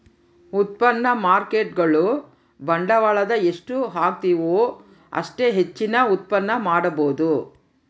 ಉತ್ಪನ್ನ ಮಾರ್ಕೇಟ್ಗುಳು ಬಂಡವಾಳದ ಎಷ್ಟು ಹಾಕ್ತಿವು ಅಷ್ಟೇ ಹೆಚ್ಚಿನ ಉತ್ಪನ್ನ ಮಾಡಬೊದು